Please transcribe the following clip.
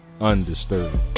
undisturbed